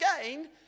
again